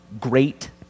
great